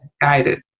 guided